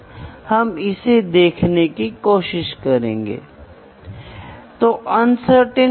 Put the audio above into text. तो यह एक स्टैंडर्ड है यह एक अज्ञात चर अज्ञात हिस्सा या प्रोडक्ट है जो कुछ भी यह यहां आता है